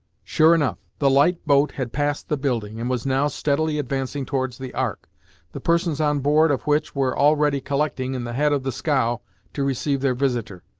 sure enough, the light boat had passed the building, and was now steadily advancing towards the ark the persons on board of which were already collecting in the head of the scow to receive their visitor.